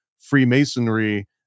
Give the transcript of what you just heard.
Freemasonry